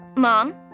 Mom